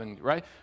right